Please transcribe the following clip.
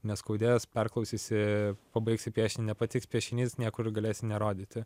neskaudės perklausysi pabaigsi piešinį nepatiks piešinys niekur galėsi nerodyti